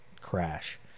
crash